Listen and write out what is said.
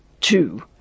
two